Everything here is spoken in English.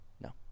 No